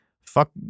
fuck